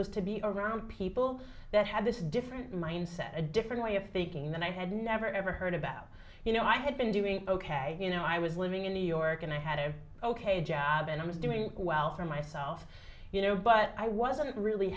was to be around people that had this different mindset a different way of thinking that i had never ever heard about you know i had been doing ok you know i was living in new york and i had a ok job and i was doing well for myself you know but i wasn't really